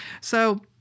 So-